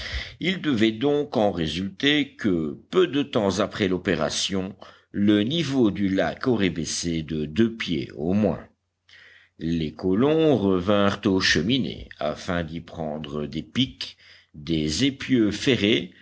il devait donc en résulter que peu de temps après l'opération le niveau du lac aurait baissé de deux pieds au moins les colons revinrent aux cheminées afin d'y prendre des pics des épieux ferrés